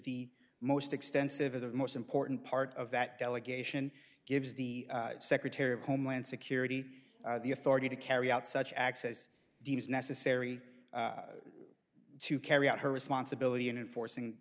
the most extensive or the most important part of that delegation gives the secretary of homeland security the authority to carry out such acts as deems necessary to carry out her responsibility in enforcing